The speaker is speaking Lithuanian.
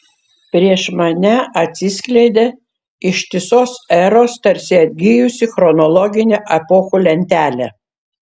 prieš mane atsiskleidė ištisos eros tarsi atgijusi chronologinė epochų lentelė